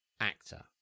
actor